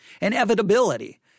Inevitability